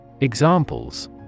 Examples